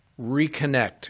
reconnect